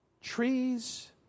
Trees